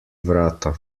vrata